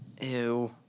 Ew